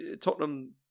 Tottenham